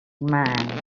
man